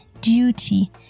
Duty